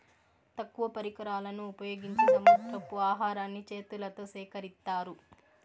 తక్కువ పరికరాలను ఉపయోగించి సముద్రపు ఆహారాన్ని చేతులతో సేకరిత్తారు